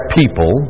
people